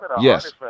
yes